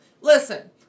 listen